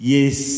Yes